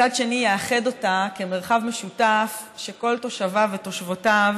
ומצד שני יאחד אותה כמרחב משותף שכל תושביו ותושבותיו